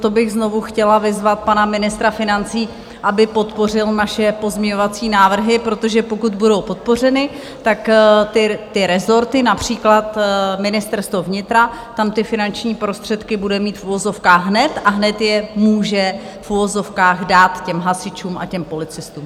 Proto bych znovu chtěla vyzvat pana ministra financí, aby podpořil naše pozměňovací návrhy, protože pokud budou podpořeny, tak ty rezorty, například Ministerstvo vnitra, tam ty finanční prostředky bude mít v uvozovkách hned a hned je může v uvozovkách dát těm hasičům a těm policistům.